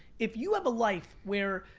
if you have a life where,